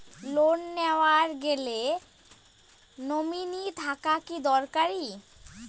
Loan নেওয়ার গেলে nominee থাকা কি দরকারী?